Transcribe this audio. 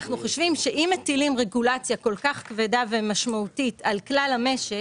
אנחנו חושבים שאם מטילים רגולציה כל כך כבדה ומשמעותית על כלל המשק,